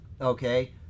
Okay